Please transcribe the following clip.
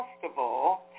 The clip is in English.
festival